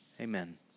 Amen